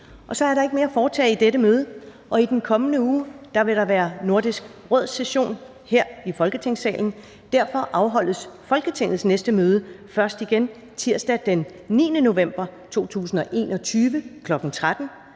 Så er der ikke mere at foretage i dette møde. I den kommende uge vil der være Nordisk Råds session her i Folketingssalen. Derfor afholdes Folketingets næste møde først igen tirsdag den 9. november 2021, kl. 13.00.